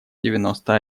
девяносто